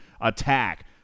attack